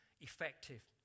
effective